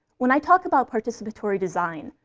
when i talk about participatory design,